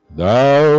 thou